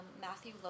Matthew